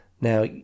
now